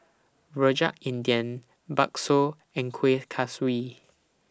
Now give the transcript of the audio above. Rojak India Bakso and Kueh Kaswi